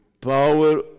power